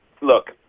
Look